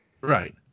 Right